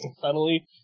subtly